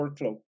Workflow